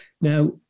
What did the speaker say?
Now